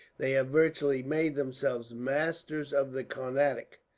they have virtually made themselves masters of the carnatic,